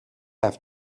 have